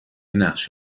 نقش